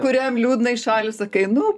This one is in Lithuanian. kuriam liūdna į šalį sakai nu